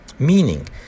Meaning